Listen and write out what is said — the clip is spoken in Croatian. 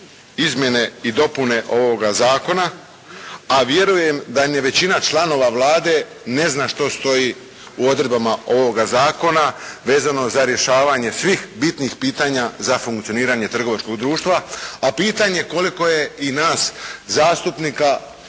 izmjene i dopune ovoga zakona, a vjerujem da ni većina članova Vlade nezna što stoji u odredbama ovoga zakona vezano za rješavanje svih bitnih pitanja za funkcioniranje trgovačkog društva, a pitanje je koliko je i nas zastupnika